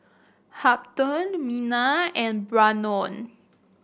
Hampton Minna and Brannon